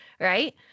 right